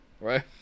right